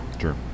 Sure